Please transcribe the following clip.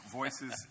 voices